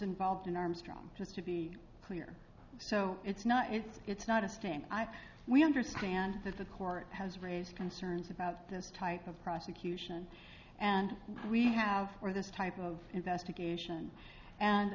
involved in armstrong just to be clear so it's not it's not a stain we understand that the court has raised concerns about this type of prosecution and we have for this type of investigation and